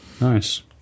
Nice